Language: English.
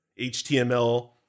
HTML